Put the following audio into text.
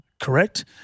correct